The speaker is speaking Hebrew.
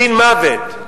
דין מוות.